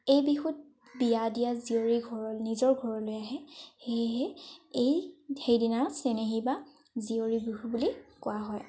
এই বিহুত বিয়া দিয়া জীয়ৰী ঘৰ নিজৰ ঘৰলৈ আহে সেয়েহে এই সেইদিনা চেনেহী বা জীয়ৰী বিহু বুলি কোৱা হয়